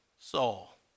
Saul